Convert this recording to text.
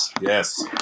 Yes